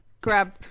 grab